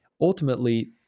ultimately